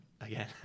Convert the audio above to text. again